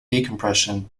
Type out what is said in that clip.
decompression